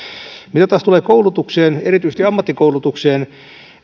mitä taas tulee koulutukseen erityisesti ammattikoulutukseen